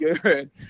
good